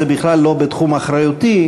זה בכלל לא בתחום אחריותי,